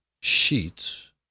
sheets